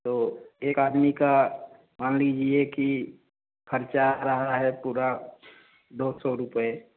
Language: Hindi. तो एक आदमी का मान लीजिए कि ख़र्चा आ रहा है पूरा दो सौ रुपये